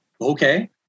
okay